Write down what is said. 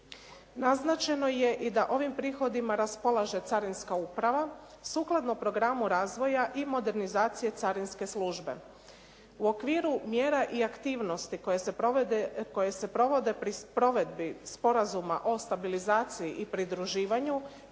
Naznačeno je i da ovim prihodima raspolaže carinska uprava sukladno programu razvoja i modernizacije carinske službe. U okviru mjera i aktivnosti koje se provode, koje se provode pri provedbi Sporazuma o stabilizaciji i pridruživanju